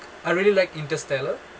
I really like interstellar